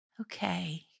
Okay